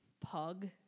pug